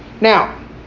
Now